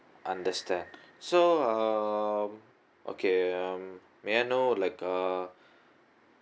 understand so uh okay um may I know like uh